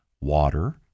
Water